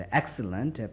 excellent